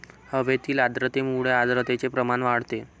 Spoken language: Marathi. हवेतील आर्द्रतेमुळे आर्द्रतेचे प्रमाण वाढते